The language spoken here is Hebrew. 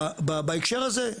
בהקשר הזה.